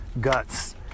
Guts